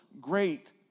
great